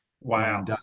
Wow